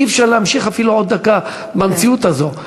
אי-אפשר להמשיך אפילו עוד דקה במציאות הזו.